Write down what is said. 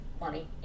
money